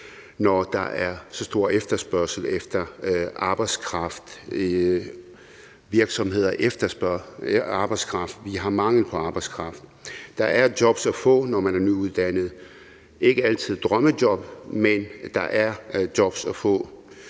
når der er så stor efterspørgsel efter arbejdskraft, for virksomheder efterspørger arbejdskraft, vi har mangel på arbejdskraft. Der er jobs at få, når man er nyuddannet. Det er ikke altid drømmejobbet, men der er jobs at få.